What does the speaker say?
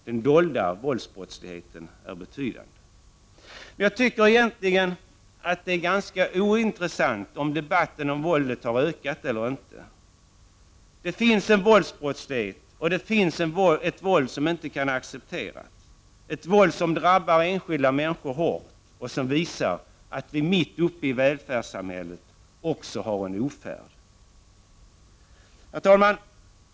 Den dolda våldsbrottsligheten är betydande. Men jag tycker egentligen att debatten om huruvida våldet har ökat eller inte är ganska ointressant. Det finns en våldsbrottslighet och ett våld som inte kan accepteras, ett våld som drabbar enskilda människor hårt och som visar att vi mitt uppe i välfärdssamhället också har en ofärd. Herr talman!